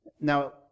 Now